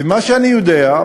וממה שאני יודע,